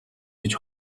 байж